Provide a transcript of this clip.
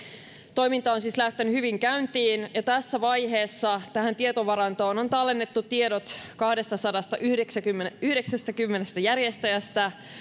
toiminta on siis lähtenyt hyvin käyntiin ja tässä vaiheessa tähän tietovarantoon on tallennettu tiedot kahdestasadastayhdeksästäkymmenestä järjestäjästä